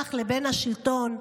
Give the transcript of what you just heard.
האזרח לבין השלטון,